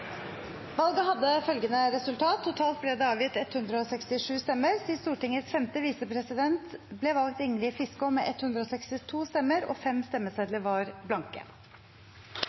Valget hadde dette resultat: Det ble avgitt totalt 167 stemmer. Til Stortingets femte visepresident ble valgt Ingrid Fiskaa med 162 stemmer. 5 stemmesedler var blanke.